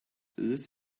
this